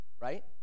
right